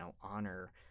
honor